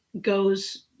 goes